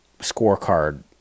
scorecard